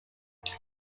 twin